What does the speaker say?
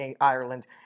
Ireland